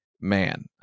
man